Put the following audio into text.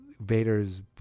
Vader's